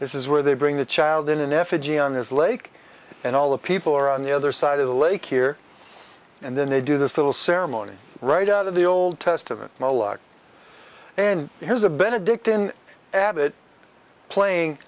this is where they bring the child in an effigy on this lake and all the people are on the other side of the lake here and then they do this little ceremony right out of the old testament and here's a benedict in abbot playing